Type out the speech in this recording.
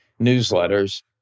newsletters